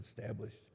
established